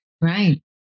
Right